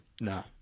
Nah